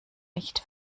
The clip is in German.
nicht